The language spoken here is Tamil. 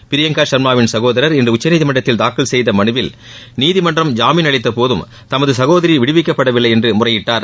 பிரியங்கா சர்மாவின் சகோதரர் இன்று உச்சநீதிமன்றத்தில் தாக்கல் செய்த மனுவில் நீதிமன்றம் ஜாமீன் அளித்தபோதும் தமது சகோதரி விடுவிக்கப்படவில்லை என்று முறையிட்டார்